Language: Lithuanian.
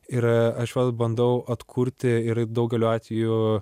ir aš vėl bandau atkurti ir daugeliu atvejų